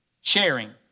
sharing